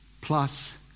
plus